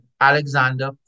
Alexander